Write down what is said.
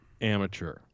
amateur